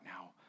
now